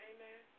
Amen